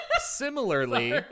Similarly